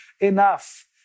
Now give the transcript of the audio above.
enough